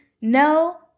No